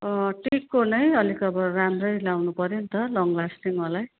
अँ टिकको नै अलिक अब राम्रै लाउनु पर्यो नि त लङ लास्टिङवालै